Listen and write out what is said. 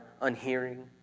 unhearing